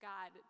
God